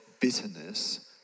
bitterness